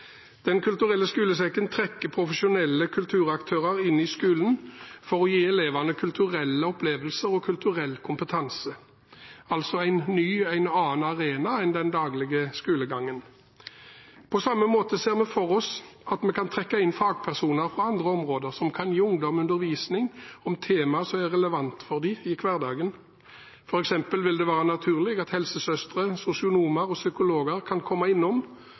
Den kulturelle skolesekken trekker profesjonelle kulturaktører inn i skolen for å gi elevene kulturelle opplevelser og kulturell kompetanse, altså en ny og annen arena enn den daglige skolegangen. På samme måte ser vi for oss at vi kan trekke inn fagpersoner fra andre områder, som kan gi ungdom undervisning om temaer som er relevante for dem i hverdagen. For eksempel vil det være naturlig at helsesøstre, sosionomer og psykologer kan komme innom